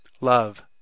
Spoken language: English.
Love